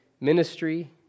ministry